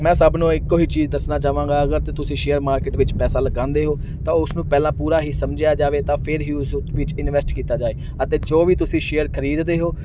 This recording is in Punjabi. ਮੈਂ ਸਭ ਨੂੰ ਇੱਕੋ ਹੀ ਚੀਜ਼ ਦੱਸਣਾ ਚਾਹਾਂਗਾ ਅਗਰ ਤਾਂ ਤੁਸੀਂ ਸ਼ੇਅਰ ਮਾਰਕੀਟ ਵਿੱਚ ਪੈਸਾ ਲਗਾਉਂਦੇ ਹੋ ਤਾਂ ਉਸ ਨੂੰ ਪਹਿਲਾਂ ਪੂਰਾ ਹੀ ਸਮਝਿਆ ਜਾਵੇ ਤਾਂ ਫਿਰ ਹੀ ਉਸ ਵਿੱਚ ਇਨਵੈਸਟ ਕੀਤਾ ਜਾਏ ਅਤੇ ਜੋ ਵੀ ਤੁਸੀਂ ਸ਼ੇਅਰ ਖਰੀਦ ਦੇ ਹੋ